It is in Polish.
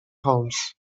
holmes